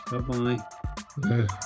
bye-bye